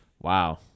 Wow